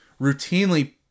routinely